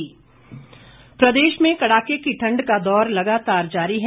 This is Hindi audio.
मौसम प्रदेश में कड़के की ठंड का दौर लगातार जारी है